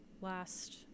last